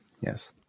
Yes